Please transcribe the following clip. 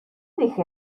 dije